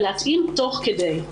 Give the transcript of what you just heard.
ולהתאים תוך כדי.